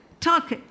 talk